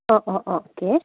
অঁ অঁ অঁ অ'কে